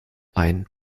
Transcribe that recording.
ein